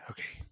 Okay